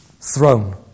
Throne